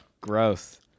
Gross